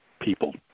people